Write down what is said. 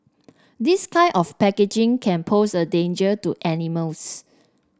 this kind of packaging can pose a danger to animals